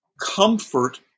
comfort